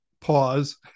pause